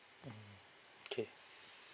mm K